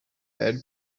baird